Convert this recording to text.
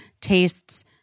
tastes